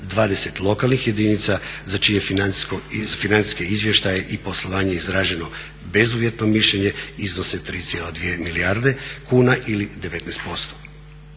20 lokalnih jedinica za čije financijske izvještaje i poslovanje je izraženo bezuvjetno mišljenje iznose 3,2 milijarde kuna ili 19%.